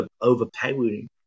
overpowering